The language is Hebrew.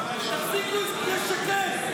תפסיקו לשקר.